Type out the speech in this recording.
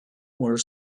were